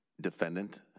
defendant